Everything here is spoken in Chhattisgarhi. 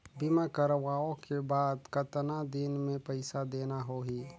बीमा करवाओ के बाद कतना दिन मे पइसा देना हो ही?